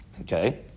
Okay